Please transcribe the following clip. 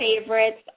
favorites